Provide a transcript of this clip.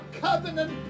covenant